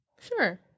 sure